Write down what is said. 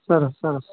સરસ સરસ